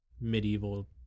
medieval